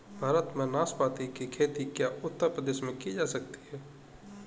भारत में नाशपाती की खेती क्या उत्तर प्रदेश में की जा सकती है?